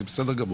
זה בסדר גמור,